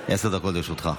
עשר דקות לרשותך.